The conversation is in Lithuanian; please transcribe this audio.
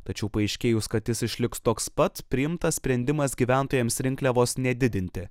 tačiau paaiškėjus kad jis išliks toks pat priimtas sprendimas gyventojams rinkliavos nedidinti